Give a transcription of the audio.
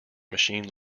machine